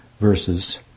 verses